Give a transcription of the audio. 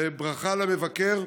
ברכה למבקר,